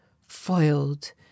Foiled